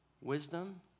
wisdom